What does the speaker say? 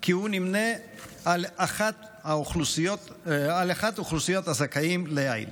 כי הוא נמנה עם אחת מאוכלוסיות הזכאים לעיל.